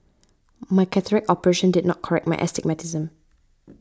my cataract operation did not correct my astigmatism